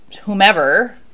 whomever